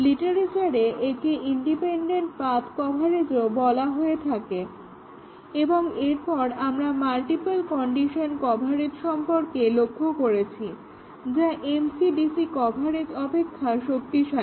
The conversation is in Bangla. লিটারেচারে একে ইন্ডিপেন্ডেন্ট পাথ্ কভারেজও বলা হয়ে থাকে এবং এরপর আমরা মাল্টিপল কন্ডিশন কভারেজ সম্পর্কে লক্ষ্য করেছি যা MCDC কভারেজ অপেক্ষা শক্তিশালী